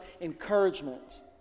encouragement